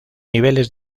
niveles